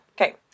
Okay